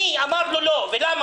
מי אמר לו לא ולמה?